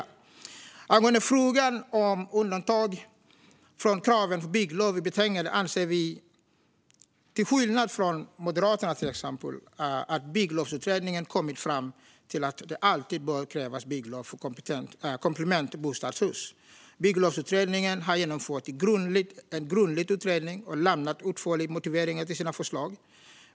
När det gäller frågan om undantag från kraven på bygglov i betänkandet anser vi, till skillnad från Moderaterna, till exempel, att Bygglovsutredningen kommit fram till att det alltid bör krävas bygglov för komplementbostadshus. Bygglovsutredningen har genomfört en grundlig utredning och lämnat utförliga motiveringar till sina förslag.